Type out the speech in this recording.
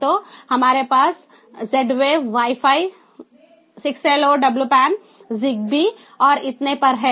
तो हमारे पास Zwave Wi Fi 6LoWPAN ZigBee और इतने पर हैं